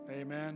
Amen